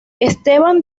esteban